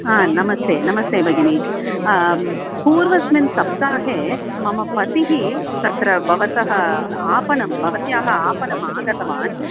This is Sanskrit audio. हा नमस्ते नमस्ते भगिनि पूर्वस्मिन् सप्ताहे मम पतिः तत्र भवतः आपणं भवत्याः आपणम् आगतवान्